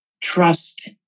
trust